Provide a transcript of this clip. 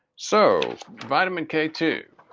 so vitamin k two